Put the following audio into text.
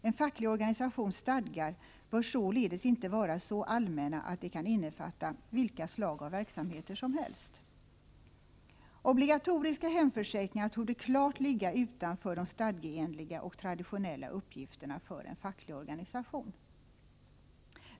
En facklig organisations stadgar får således inte vara så allmänna att de kan innefatta vilka slag av verksamheter som helst. Obligatoriska hemförsäkringar torde klart ligga utanför de stadgeenliga och traditionella uppgifterna för en facklig organisation.